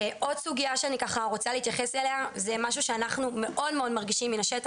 עוד סוגיה שאני רוצה להתייחס אליה זה משהו שאנחנו מאוד מרגישים מהשטח.